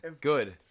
Good